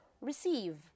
Receive